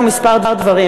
כמה דברים.